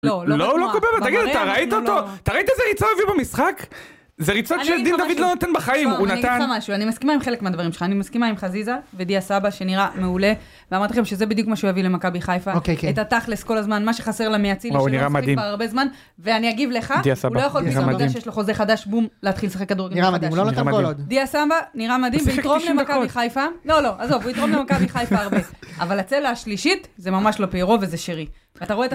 לא, הוא לא קובע, אבל תגיד, אתה ראית אותו? אתה ראית איזה ריצות הוא הביא במשחק? זה ריצות שדין דוד לא נותן בחיים, הוא נתן... אני אגיד לך משהו, אני מסכימה עם חלק מהדברים שלך. אני מסכימה עם חזיזה ודיה סבא, שנראה מעולה. ואמרתי לכם שזה בדיוק מה שהוא יביא למכבי חיפה. אוקיי, אוקיי. את התכלס כל הזמן, מה שחסר למייצים. מה, הוא נראה מדהים. ואני אגיב לך, הוא לא יכול לעשות את זה, יש לו חוזה חדש, בום, להתחיל לשחק כדור. נראה מדהים. דיה סבא, נראה מדהים, הוא יתרום למכבי חיפה. לא, לא, עזוב, הוא יתרום למכבי חיפה הרבה. אבל הצלע השלישית, זה ממש לא פירו, וזה שרי. אתה רואה את זה